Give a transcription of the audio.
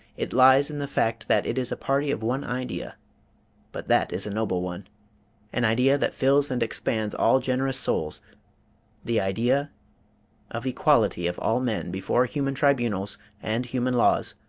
it lies in the fact that it is a party of one idea but that is a noble one an idea that fills and expands all generous souls the idea of equality of all men before human tribunals and human laws,